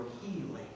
healing